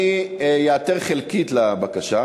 אני איעתר חלקית לבקשה.